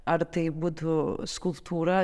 ar tai būtų skulptūra